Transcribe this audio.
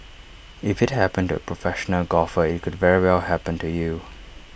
if IT happened to A professional golfer IT could very well happen to you